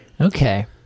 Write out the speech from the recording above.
Okay